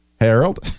Harold